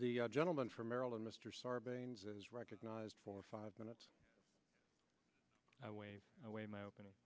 the gentleman from maryland mr sarbanes is recognized for five minutes i waved away my opening